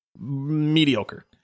mediocre